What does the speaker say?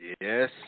Yes